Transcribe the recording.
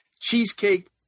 cheesecake